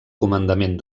comandament